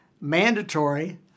mandatory